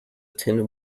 tin